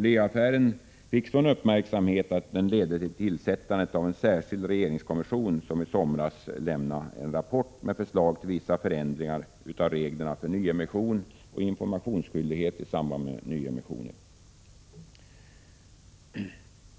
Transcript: Leo-affären fick sådan uppmärksamhet att den ledde till tillsättandet av en särskild regeringskommission, som i somras lämnade en rapport med förslag till vissa förändringar av reglerna för nyemission och informationsskyldighet i samband med nyemissioner.